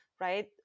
right